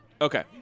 Okay